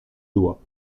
doigts